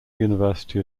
university